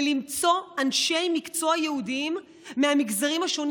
למצוא אנשי מקצוע ייעודיים מהמגזרים השונים